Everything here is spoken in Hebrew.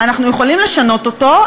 אנחנו יכולים לשנות אותו,